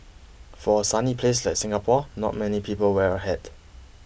for a sunny place like Singapore not many people wear a hat